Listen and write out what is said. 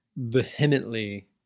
vehemently